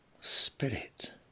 spirit